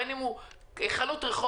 בין אם הוא חנות רחוב,